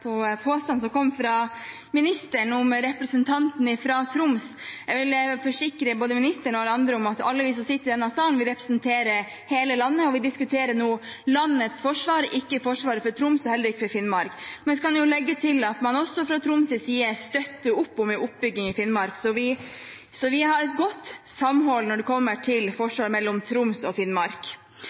vil forsikre både ministeren og alle andre om at alle vi som sitter i denne salen, representerer hele landet, og vi diskuterer nå landets forsvar, ikke forsvaret for Troms og heller ikke for Finnmark. Men så kan jeg legge til at man også fra Troms’ side støtter opp om en oppbygging i Finnmark, så vi har et godt samhold mellom Troms og Finnmark når det kommer til